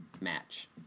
match